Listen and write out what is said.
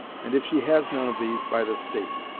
and if she has none of these, by the state.